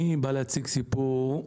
אני בא להציג סיפור,